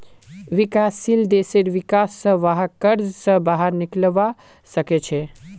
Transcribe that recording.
विकासशील देशेर विका स वहाक कर्ज स बाहर निकलवा सके छे